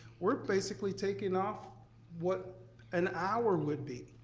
we're basically taking off what an hour would be.